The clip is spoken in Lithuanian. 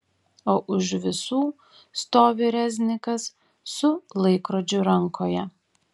o už visų stovi reznikas su laikrodžiu rankoje